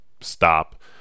stop